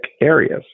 areas